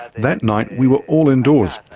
that night we were all indoors.